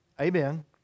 Amen